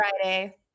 Friday